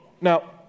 Now